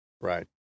right